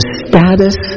status